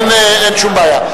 אין שום בעיה.